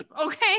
okay